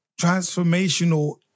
transformational